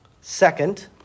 Second